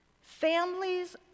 Families